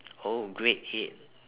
oh grade eight